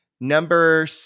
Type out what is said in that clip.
number